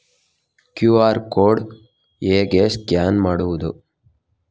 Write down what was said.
QR code ಹೇಗೆ scan ಮಾಡುವುದು?